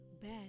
BAD